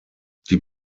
die